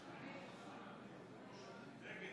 נגד מירי